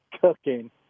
cooking